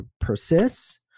persists